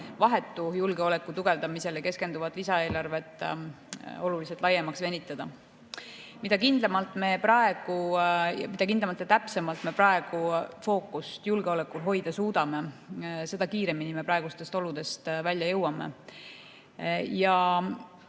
vahetu julgeoleku tugevdamisele keskenduvat lisaeelarvet oluliselt laiemaks venitada. Mida kindlamalt ja täpsemalt me praegu fookust julgeolekul hoida suudame, seda kiiremini me praegustest oludest välja jõuame. Pean